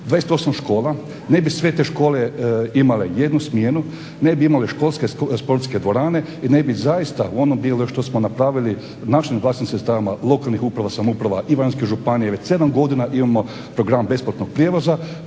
28 škola, ne bi sve te škole imale jednu smjenu, ne bi imale školske sportske dvorane i ne bi zaista u onom dijelu što smo napravili našim vlastitim sredstvima lokalnih uprava i samouprava i Varaždinske županije već 7 godina imamo program besplatnog prijevoza